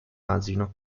asino